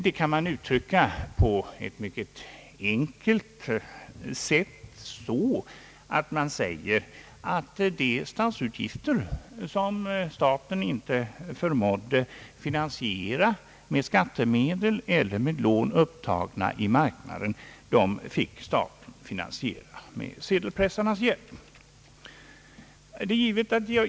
Detta kan man åskådliggöra på ett mycket enkelt sätt, nämligen att de statsutgifter, som staten inte förmådde finansiera med skattemedel eller med lån upptagna i marknaden, fick staten finansiera med sedelpressarnas hjälp.